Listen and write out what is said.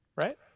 right